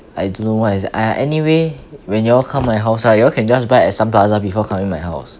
I don't know what is !aiya! anyway when you all come my house right you can just buy at sun plaza before coming to my house